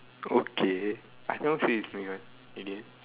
okay obviously is me one okay